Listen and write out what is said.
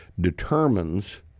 determines